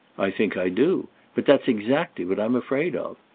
i think i do but that's exactly what i'm afraid of.